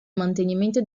mantenimento